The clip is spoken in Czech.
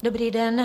Dobrý den.